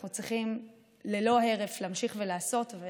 אנחנו צריכים להמשיך לעשות ללא הרף,